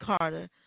Carter